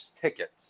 tickets